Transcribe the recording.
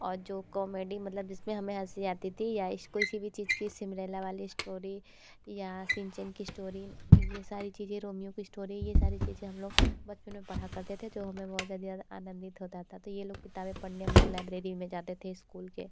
और जो कौमेडी मतलब जिस में हमें हंसी आती थी या ऐसी कोइ भी चीज़ की सिमरेला वाली ईस्टोरी या सिनचैन की ईस्टोरी ये सारी चीज़ें रोमियो की ईस्टोरी ये सारी चीज़ें हम लोग बचपन में पढ़ा करते थे जो हमें बहुत ज़्यादा आनंदित होता था तो ये लोग किताबें पढ़ने हम लोग लैबरेरी में जाते थे इस्कूल की